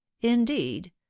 indeed